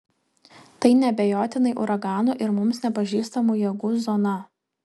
tai neabejotinai uraganų ir mums nepažįstamų jėgų zona